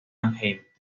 agente